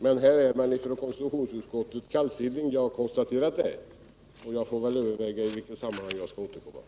Men här är man från konstitutionsutskottets sida kallsinnig. Jag har konstaterat det, och jag får väl överväga i vilket sammanhang jag skall återkomma.